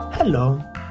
Hello